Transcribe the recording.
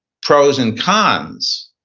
pros and cons,